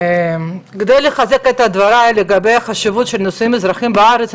כדי לחזק את דבריי לגבי החשיבות של נושאים אזרחיים בארץ,